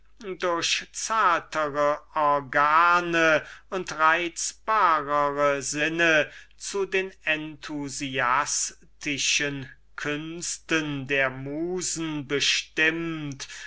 durch zärtlichere werkzeuge und reizbarere sinnen zu den enthusiastischen künsten der musen bestimmet